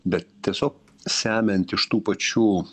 bet tiesiog semiant iš tų pačių